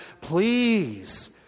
please